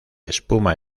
espuma